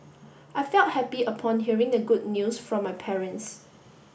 I felt happy upon hearing the good news from my parents